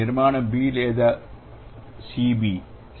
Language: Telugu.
నిర్మాణం b లేదా Cb